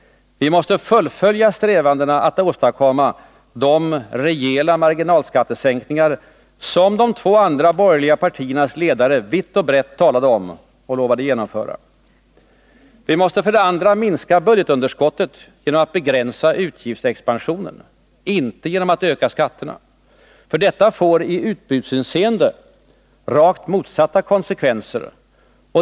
Vi måste fullfölja strävandena att åstadkomma de rejäla marginalskattesänkningar som de två andra borgerliga partiernas ledare vitt och brett talade om och lovade genomföra. Vi måste för det andra minska budgetunderskottet genom att begränsa utgiftsexpansionen, inte genom att öka skatterna, för detta får i utbudshänseende rakt motsatta konsekvenser.